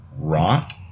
Rot